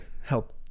help